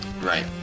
Right